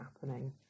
happening